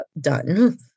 done